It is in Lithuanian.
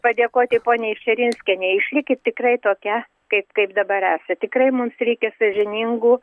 padėkoti poniai širinskienei išlikit tikrai tokia kaip kaip dabar esat tikrai mums reikia sąžiningų